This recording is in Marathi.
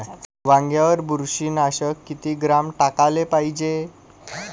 वांग्यावर बुरशी नाशक किती ग्राम टाकाले पायजे?